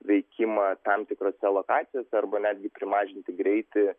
veikimą tam tikrose lokacijose arba netgi primažinti greitį